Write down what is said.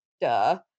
duh